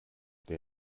der